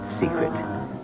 secret